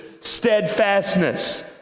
steadfastness